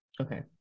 Okay